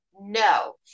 no